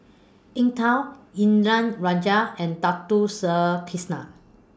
Eng Tow Indranee Rajah and Dato Sri Krishna